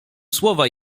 słowa